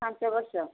ପାଞ୍ଚବର୍ଷ